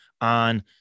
on